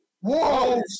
Whoa